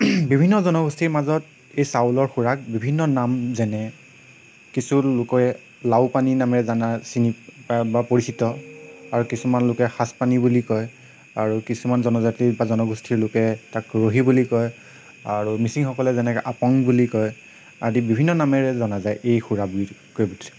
বিভিন্ন জনগোষ্ঠীৰ মাজত এই চাউলৰ সুৰাক বিভিন্ন নাম যেনে কিছু লোকে লাওপানী নামেৰে জানে চিনি পাই বা পৰিচিত আৰু কিছুমান লোকে সাজপানী বুলি কয় আৰু কিছুমান জনজাতি বা জনগোষ্ঠীৰ লোকে তাক ৰহী বুলি কয় আৰু মিচিংসকলে যেনেকৈ আপং বুলি কয় আদি বিভিন্ন নামেৰে জনা যায় এই সুৰাবিধ